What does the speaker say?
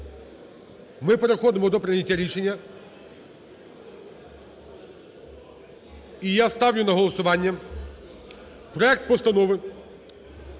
ми переходимо до прийняття рішення. І я ставлю на голосування проект Постанови